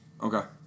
Okay